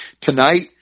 Tonight